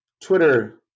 twitter